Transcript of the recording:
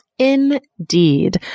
Indeed